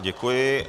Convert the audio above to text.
Děkuji.